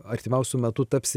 artimiausiu metu taps